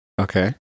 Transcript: okay